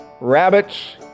rabbits